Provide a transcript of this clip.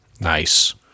nice